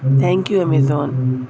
thank you amazon